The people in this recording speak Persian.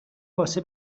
واسه